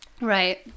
Right